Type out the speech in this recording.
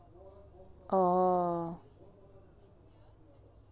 orh